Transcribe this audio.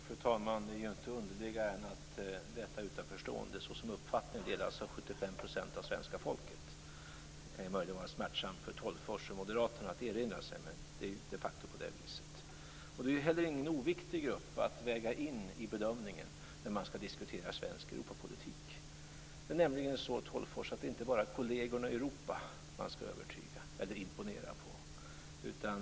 Fru talman! Det är ju inte underligare än att detta utanförstående som uppfattning delas av 75 % av svenska folket. Det kan möjligen vara smärtsamt för Tolgfors och Moderaterna att erinra sig detta, men det är ju de facto på det viset. Och det är ju heller ingen oviktig grupp att väga in i bedömningen när man skall diskutera svensk Europapolitik. Det är nämligen så, Tolgfors, att det inte bara är kollegerna i Europa man skall övertyga eller imponera på.